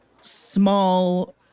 small